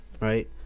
right